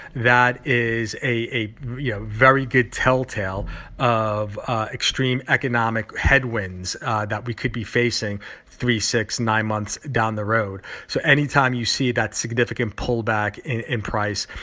that is a a yeah very good tell tale of extreme economic headwinds that we could be facing three, six, nine months down the road so anytime you see that significant pullback in price,